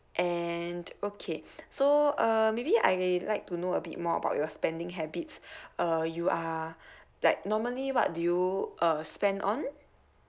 and okay so uh maybe I like to know a bit more about your spending habits uh you are like normally what do you uh spend on